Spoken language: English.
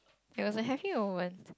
it was a happy moment